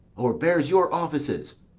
o'erbears your offices.